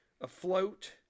afloat